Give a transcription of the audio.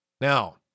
Now